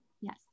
Yes